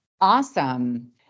Awesome